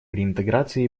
реинтеграции